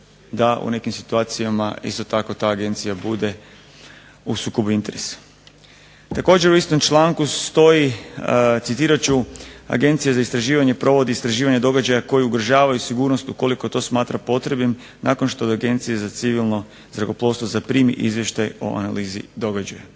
da u nekim situacijama isto tako ta agencija bude u sukobu interesa. Također u istom članku stoji, citirat ću: Agencija za istraživanje provodi istraživanje događaja koji ugrožavaju sigurnost ukoliko to smatra potrebnim nakon što od Agencije za civilno zrakoplovstvo zaprimi izvještaj o analizi događaja.